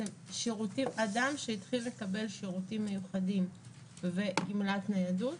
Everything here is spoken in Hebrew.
אדם שהתחיל לקבל שירותים מיוחדים וגמלת ניידות,